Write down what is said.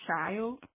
child